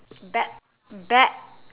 back back